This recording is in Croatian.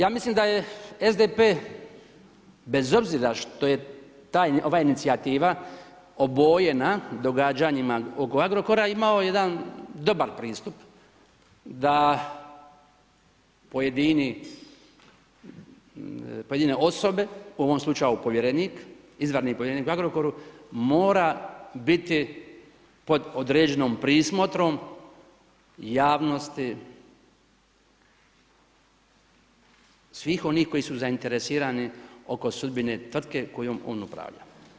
Ja mislim da je SDP, bez obzira što je ova inicijativa obojena događanjima oko Agrokora, imao jedan dobar pristup da pojedine osobe, u ovom slučaju izvanredni povjerenik u Agrokoru, mora biti pod određenom prismotrom javnosti, svih onih koji su zainteresirani oko sudbine tvrtke kojom on upravlja.